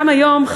היום,